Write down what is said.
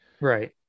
Right